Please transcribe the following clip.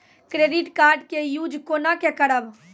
Credit card के use कोना के करबऽ?